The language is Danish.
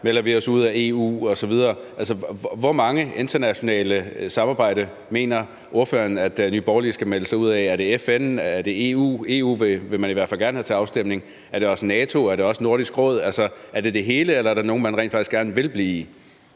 melder vi os ud af EU osv. Altså, hvor mange internationale samarbejder mener ordføreren at Nye Borgerlige skal melde sig ud af? Er det FN? EU vil man i hvert fald gerne have til afstemning. Gælder det også NATO? Gælder det også Nordisk Råd? Altså, er det dem alle, eller er der nogle, man rent faktisk gerne vil blive i?